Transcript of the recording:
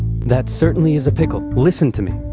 that certainly is a pickle. listen to me.